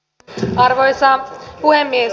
arvoisa puhemies